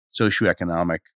socioeconomic